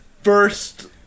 First